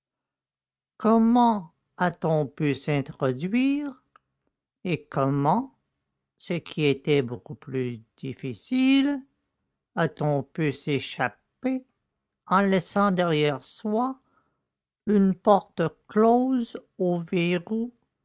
comment a-t-on pu s'introduire et comment ce qui était beaucoup plus difficile a-t-on pu s'échapper en laissant derrière soi une porte close au verrou